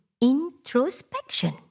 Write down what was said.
introspection